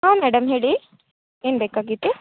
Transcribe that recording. ಹಾಂ ಮೇಡಮ್ ಹೇಳಿ ಏನು ಬೇಕಾಗಿತ್ತು